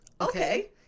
Okay